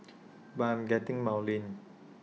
but I am getting maudlin